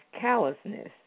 callousness